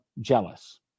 jealous